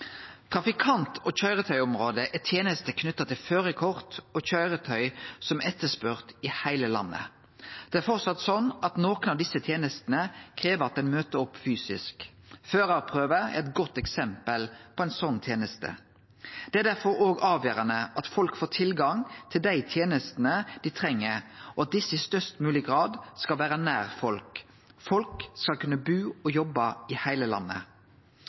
Trafikant- og køyretøyområdet tilbyr tenester knytte til førarkort og køyretøy som er etterspurde i heile landet. Det er framleis slik at nokre av dei tenestene krev at ein møter opp fysisk. Førarprøva er eit godt eksempel på ei slik teneste. Det er derfor òg avgjerande at folk får tilgang til dei tenestene dei treng, og at dei i størst mogleg grad skal vere nær folk. Folk skal kunne bu og jobbe i heile landet.